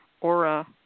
Aura